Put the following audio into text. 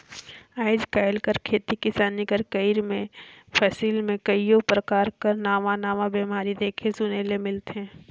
आएज काएल कर खेती किसानी कर करई में फसिल में कइयो परकार कर नावा नावा बेमारी देखे सुने ले मिलथे